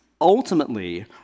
Ultimately